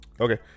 Okay